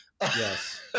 Yes